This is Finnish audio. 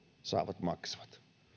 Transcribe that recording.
saavat maksavat